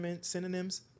Synonyms